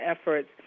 efforts